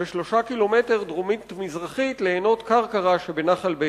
ו-3 קילומטר דרומית-מזרחית לעינות כרכרה שבנחל בצת.